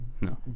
no